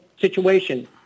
situation